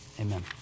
amen